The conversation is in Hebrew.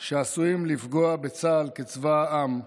שעשויים לפגוע בצה"ל כצבא העם,